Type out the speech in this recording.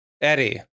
Eddie